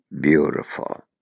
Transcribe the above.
beautiful